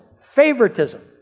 Favoritism